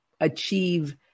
achieve